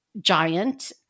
giant